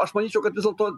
aš manyčiau kad vis dėlto